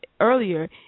earlier